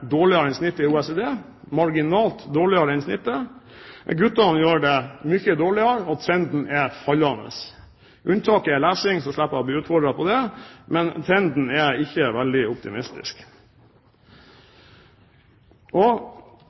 dårligere enn gjennomsnittet i OECD, marginalt dårligere enn snittet. Guttene gjør det mye dårligere, og trenden er fallende. Unntaket er lesing, så slipper jeg å bli utfordret på det, men trenden er ikke veldig optimistisk.